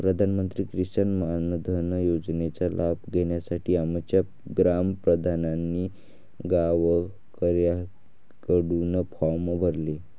पंतप्रधान किसान मानधन योजनेचा लाभ घेण्यासाठी आमच्या ग्राम प्रधानांनी गावकऱ्यांकडून फॉर्म भरले